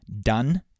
done